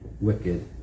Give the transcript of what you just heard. wicked